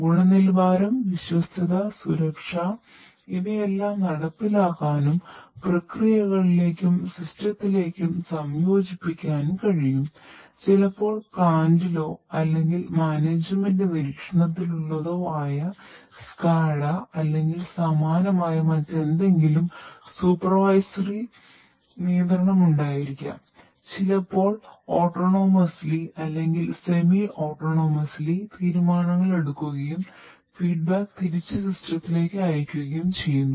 ഗുണനിലവാരം വിശ്വാസ്യത സുരക്ഷ ഇവയെല്ലാം നടപ്പിലാക്കാനും പ്രക്രിയകളിലേക്കും സിസ്റ്റത്തിലേക്കും അയക്കുകയുംചെയ്യുന്നു